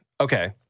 okay